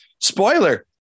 Spoiler